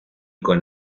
con